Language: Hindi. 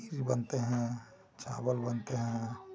खीर बनते हैं चावल बनते हैं